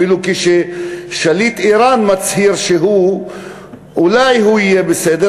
אפילו כששליט איראן מצהיר שאולי הוא יהיה בסדר,